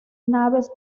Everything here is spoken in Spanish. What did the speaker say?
naves